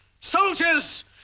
Soldiers